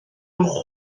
nhw